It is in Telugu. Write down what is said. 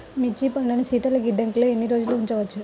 మిర్చి పంటను శీతల గిడ్డంగిలో ఎన్ని రోజులు ఉంచవచ్చు?